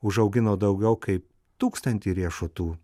užaugino daugiau kai tūkstantį riešutų